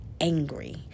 angry